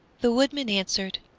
the woodman answered,